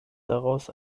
daraus